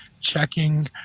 checking